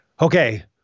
okay